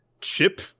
chip